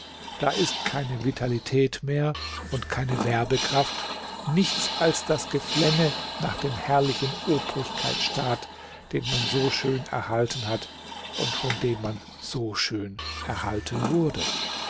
da ist keine vitalität mehr und keine werbekraft nichts als das geflenne nach dem herrlichen obrigkeitsstaat den man so schön erhalten hat und von dem man so schön erhalten wurde